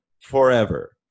forever